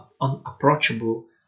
unapproachable